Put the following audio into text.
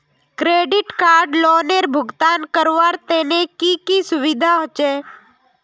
Credit card लोनेर भुगतान करवार तने की की सुविधा होचे??